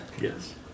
Yes